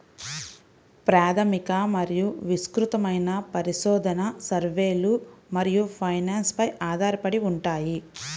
ప్రాథమిక మరియు విస్తృతమైన పరిశోధన, సర్వేలు మరియు ఫైనాన్స్ పై ఆధారపడి ఉంటాయి